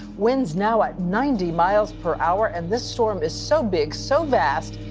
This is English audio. winds now at ninety miles per hour. and this storm is so big, so vast,